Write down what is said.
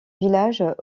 village